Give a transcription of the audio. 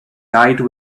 died